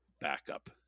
backup